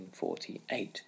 1948